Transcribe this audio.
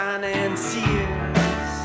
Financiers